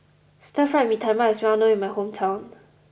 Stir Fried Mee Tai Mak is well known in my hometown